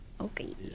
Okay